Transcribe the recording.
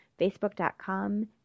Facebook.com